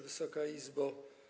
Wysoka Izbo!